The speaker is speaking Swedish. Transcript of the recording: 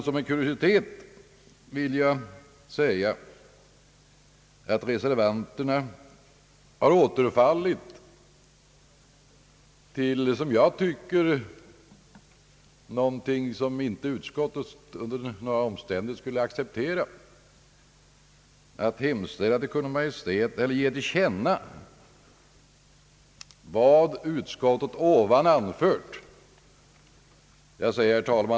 Som en kuriositet kan nämnas att reservanterna har återfallit till någonting som utskottet enligt min mening inte under några omständigheter skulle acceptera, nämligen att vilja ge Kungl. Maj:t till känna »vad utskottet ovan anfört».